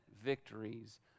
victories